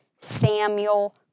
Samuel